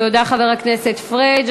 תודה, חבר הכנסת פריג'.